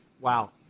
Wow